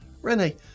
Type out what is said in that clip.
Rene